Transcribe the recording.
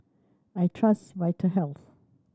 I trust Vitahealth